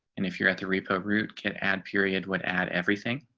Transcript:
and if you're at the repo route can add period would add everything